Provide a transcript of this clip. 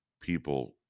people